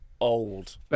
old